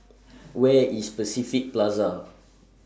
Where IS Pacific Plaza